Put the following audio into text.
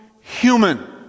human